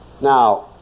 Now